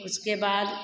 उसके बाद